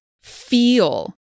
feel